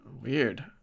Weird